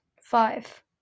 Five